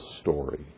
story